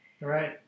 Right